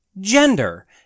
Gender